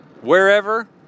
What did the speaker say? wherever